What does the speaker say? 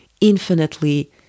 infinitely